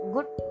Good